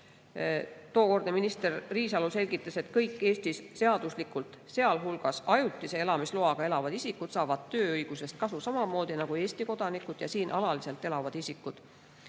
Tookordne minister Riisalo selgitas, et kõik Eestis seaduslikult, sealhulgas ajutise elamisloaga elavad isikud saavad tööõigusest kasu samamoodi nagu Eesti kodanikud ja siin alaliselt elavad isikud.